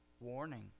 Warning